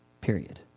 period